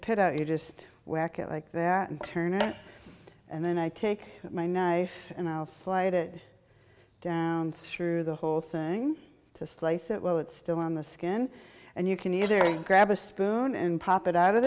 pit out you just whack it like that and turn it and then i take my knife and i'll slide it down through the whole thing to slice it while it's still on the skin and you can either grab a spoon and pop it out of